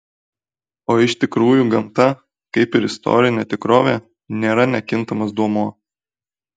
o iš tikrųjų gamta kaip ir istorinė tikrovė nėra nekintamas duomuo